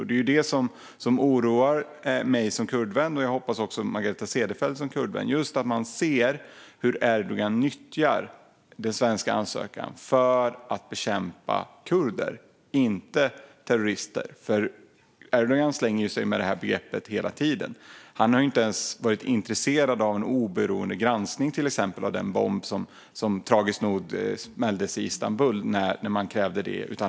Det är vad som oroar mig som kurdvän och jag hoppas också Margareta Cederfelt som kurdvän. Man ser hur Erdogan nyttjar den svenska ansökan för att bekämpa kurder och inte terrorister. Erdogan slänger sig med det begreppet hela tiden. Han har till exempel inte varit intresserad av en oberoende granskning av den bomb som tragiskt nog smälldes i Istanbul när man krävde det.